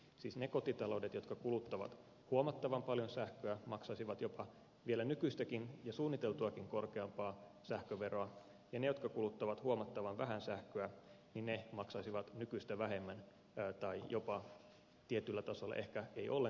siis ne kotitaloudet jotka kuluttavat huomattavan paljon sähköä maksaisivat jopa vielä nykyistäkin ja suunniteltuakin korkeampaa sähköveroa ja ne jotka kuluttavat huomattavan vähän sähköä maksaisivat nykyistä vähemmän tai tietyllä tasolla ehkä jopa eivät ollenkaan sähköveroa